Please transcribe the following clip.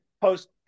post